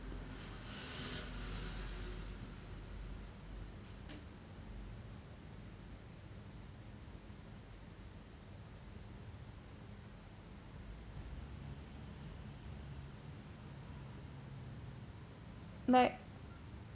like